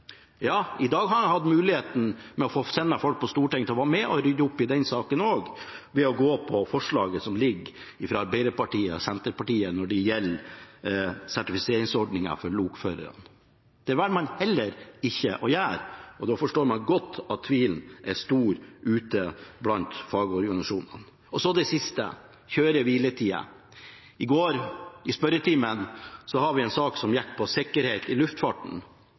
Ja, i dag har han hatt muligheten til å få folk på Stortinget til å være med og rydde opp i den saken også, ved å gå inn for forslaget som ligger i innstillingen fra Arbeiderpartiet og Senterpartiet når det gjelder sertifiseringsordningen for lokførerne. Det velger man heller ikke å gjøre, og da forstår man godt at tvilen er stor ute blant fagorganisasjonene. Så til det siste: kjøre- og hviletida. I spørretimen i går hadde vi en sak som gikk på sikkerhet i luftfarten,